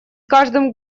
каждым